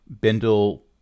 Bindle